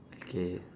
okay